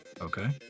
Okay